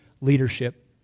leadership